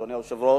אדוני היושב-ראש,